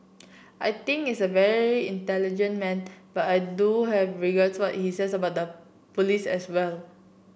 I think is a very intelligent man but I do have regard what he says about the police as well